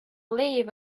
live